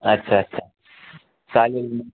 अच्छा अच्छा चालेल ना